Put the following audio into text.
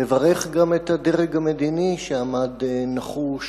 לברך גם את הדרג המדיני, שעמד נחוש